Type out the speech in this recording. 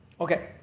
Okay